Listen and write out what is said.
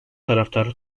taraftarı